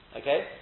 Okay